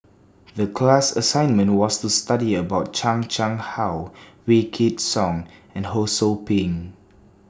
The class assignment was to study about Chan Chang How Wykidd Song and Ho SOU Ping